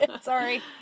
sorry